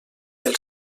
del